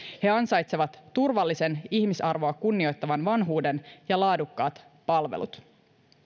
he ansaitsevat turvallisen ihmisarvoa kunnioittavan vanhuuden ja laadukkaat palvelut